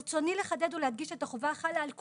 ברצוני לחדד ולהדגיש את החובה שחלה על כולם,